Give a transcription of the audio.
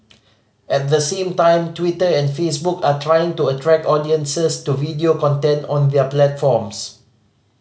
at the same time Twitter and Facebook are trying to attract audiences to video content on their platforms